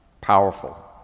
powerful